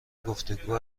گفتگو